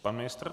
Pan ministr?